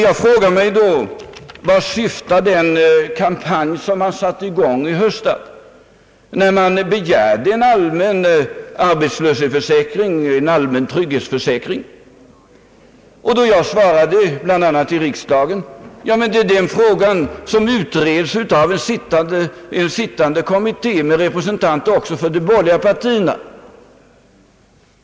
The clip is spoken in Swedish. Jag frågar mig då: Vart syftar den kampanj som man satte i gång i höstas när man begärde en allmän trygghetsförsäkring? Jag svarade då, bl.a. i riksdagen, att just det problemet håller på att utredas av en sittande kommitté, med representanter också för de borgerliga partierna.